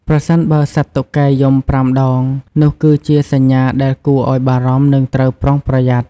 ប្រសិនបើសត្វតុកែយំប្រាំដង នោះគឺជាសញ្ញាដែលគួរឲ្យបារម្ភ និងត្រូវប្រុងប្រយ័ត្ន។